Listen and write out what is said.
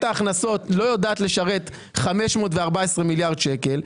ההכנסות לא יודעת לשרת 514 מיליארד שקל,